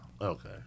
Okay